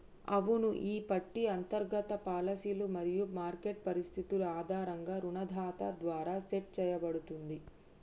అవును ఈ పట్టి అంతర్గత పాలసీలు మరియు మార్కెట్ పరిస్థితులు ఆధారంగా రుణదాత ద్వారా సెట్ సేయబడుతుంది